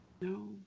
No